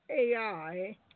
AI